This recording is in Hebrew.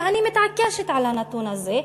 ואני מתעקשת על הנתון הזה.